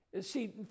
See